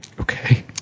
Okay